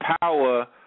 power